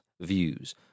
views